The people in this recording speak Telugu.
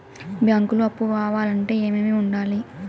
బ్యాంకులో అప్పు కావాలంటే ఏమేమి ఉండాలి?